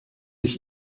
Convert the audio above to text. ich